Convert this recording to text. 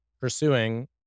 pursuing